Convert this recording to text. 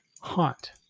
haunt